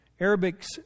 Arabics